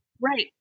right